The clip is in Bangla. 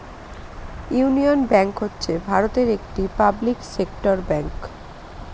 ইউনিয়ন ব্যাঙ্ক হচ্ছে ভারতের একটি পাবলিক সেক্টর ব্যাঙ্ক